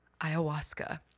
ayahuasca